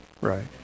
right